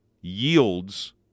yields